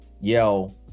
yo